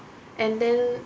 and then